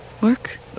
Work